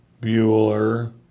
Bueller